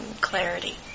clarity